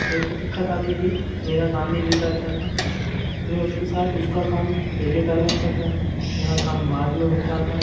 मेरे को दिक्कत आती थी मेरा काम भी बिगड़ता था मैं उसके साथ उसका काम पहले करवाता था मेरा काम बाद में होता था